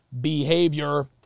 behavior